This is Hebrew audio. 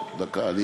דקה.